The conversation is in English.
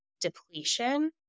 depletion